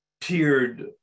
tiered